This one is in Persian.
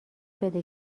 بده